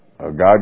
God